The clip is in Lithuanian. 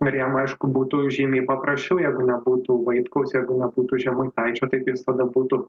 kuriem aišku būtų žymiai paprasčiau jeigu nebūtų vaitkaus ir jeigu nebūtų žemaitaičio tai jis tada būtų